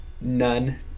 none